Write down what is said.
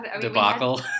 debacle